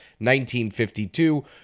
1952